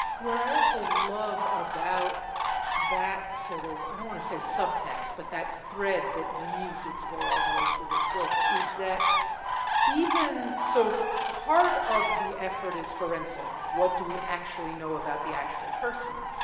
what i also love about that sort of, i don't wanna say subtext, but that thread that weaves it's way all the way through this book, is that even so part of the effort is forensic. what do we actually know about the actual person,